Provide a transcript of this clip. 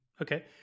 Okay